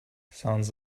sounds